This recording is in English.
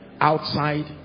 outside